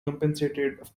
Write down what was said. compensated